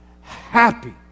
Happy